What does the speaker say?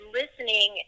listening